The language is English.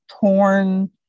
torn